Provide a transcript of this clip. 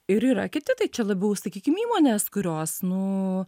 ir yra kiti tai čia labiau sakykim įmonės kurios nu